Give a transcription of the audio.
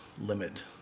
limit